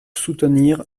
soutenir